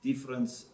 Difference